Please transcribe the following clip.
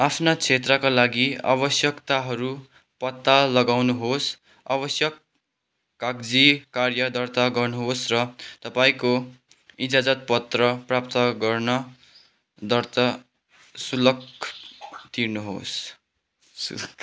आफ्ना क्षेत्रका लागि आवश्यकताहरू पत्ता लगाउनुहोस् आवश्यक कागजी कार्य दर्ता गर्नुहोस् र तपाईँको इजाजतपत्र प्राप्त गर्न दर्ता शुल्क तिर्नुहोस्